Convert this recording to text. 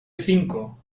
cinco